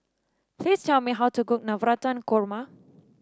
please tell me how to cook Navratan Korma